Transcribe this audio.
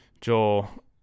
Joel